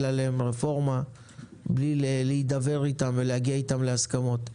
עליהם רפורמה בלי להידבר איתם ולהגיע איתם להסכמות.